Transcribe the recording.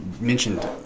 mentioned